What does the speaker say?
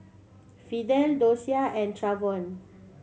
Fidel Dosia and Travon